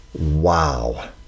wow